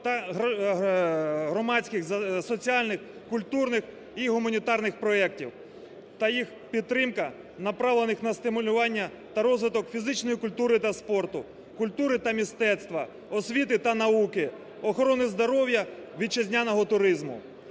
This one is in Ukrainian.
та громадських, соціальних, культурних і гуманітарних проектів та їх підтримка, направлених на стимулювання та розвиток фізичної культури та спорту, культури та мистецтва, освіти та науки, охорони здоров'я, вітчизняного туризму.